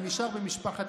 זה נישאר במשפחת